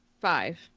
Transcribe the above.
five